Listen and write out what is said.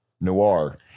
noir